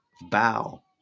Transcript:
bow